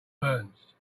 burns